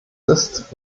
ist